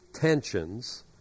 tensions